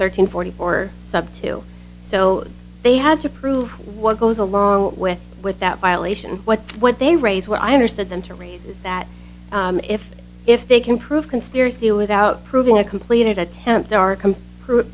thirteen fourteen or sub two so they had to prove what goes along with with that violation what what they raise what i understood them to raise is that if if they can prove conspiracy without proving a completed attempt